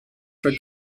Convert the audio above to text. for